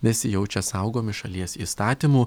nesijaučia saugomi šalies įstatymų